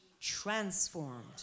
transformed